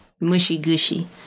mushy-gushy